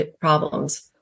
problems